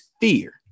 fear